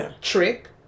trick